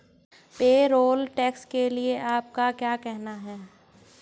Payroll tax के लिए आपका क्या कहना है?